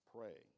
Pray